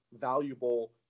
valuable